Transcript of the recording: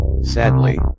Sadly